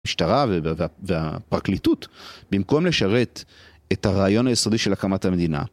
המשטרה והפרקליטות, במקום לשרת את הרעיון היסודי של הקמת המדינה.